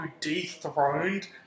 dethroned